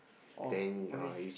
or police